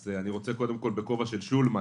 אז אני רוצה קודם כל בכובע של "שולמן",